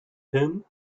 him